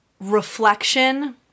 reflection